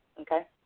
Okay